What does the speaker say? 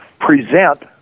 present